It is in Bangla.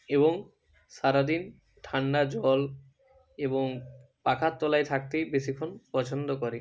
এবং সারা দিন ঠান্ডা জল এবং পাখার তলায় থাকতেই বেশিক্ষণ পছন্দ করে